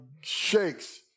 shakes